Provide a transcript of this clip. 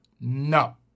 No